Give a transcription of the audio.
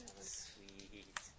Sweet